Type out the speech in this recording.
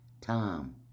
Tom